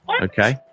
Okay